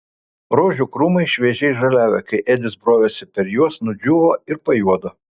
rožių krūmai šviežiai žaliavę kai edis brovėsi per juos nudžiūvo ir pajuodo